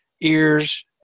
ears